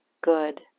good